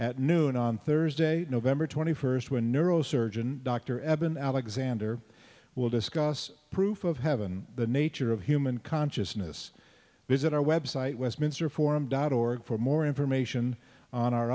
at noon on thursday november twenty first when neurosurgeon dr eben alexander will discuss proof of heaven the nature of human consciousness visit our website westminster forum dot org for more information on our